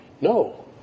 No